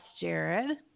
Jared